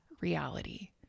reality